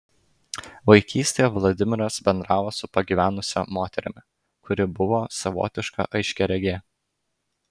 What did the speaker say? vaikystėje vladimiras bendravo su pagyvenusia moterimi kuri buvo savotiška aiškiaregė